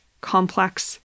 complex